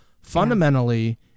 Fundamentally